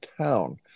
town